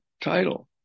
title